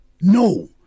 No